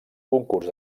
concurs